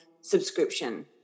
subscription